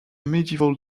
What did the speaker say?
medieval